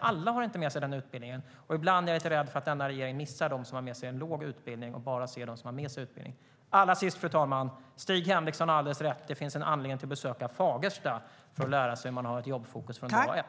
alla har inte med sig utbildning. Jag är lite rädd för att denna regering ibland missar dem som har med sig en låg utbildning och bara ser dem som har med sig en god utbildning. Allra sist, fru talman: Stig Henriksson har alldeles rätt i att det finns en anledning att besöka Fagersta för att lära sig hur man har ett jobbfokus från dag ett.